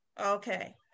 okay